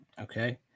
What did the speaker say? Okay